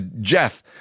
Jeff